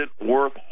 worth